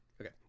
Okay